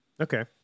Okay